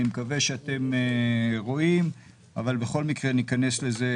אני מקווה שאתם רואים, אבל בכל מקרה ניכנס לזה